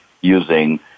using